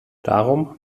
darum